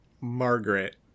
Margaret